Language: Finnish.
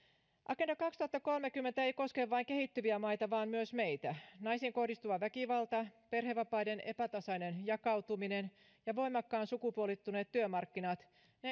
agenda kaksituhattakolmekymmentä ei koske vain kehittyviä maita vaan myös meitä naisiin kohdistuva väkivalta perhevapaiden epätasainen jakautuminen ja voimakkaan sukupuolittuneet työmarkkinat